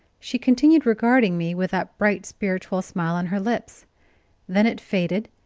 she continued regarding me with that bright, spiritual smile on her lips then it faded,